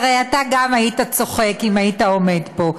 הרי אתה גם היית צוחק אם היית עומד פה.